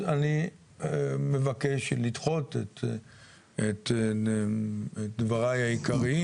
אז אני מבקש לדחות את דבריי העיקריים,